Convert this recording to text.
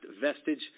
vestige